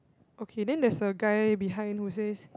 okay then there's a guy behind will says